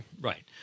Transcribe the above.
Right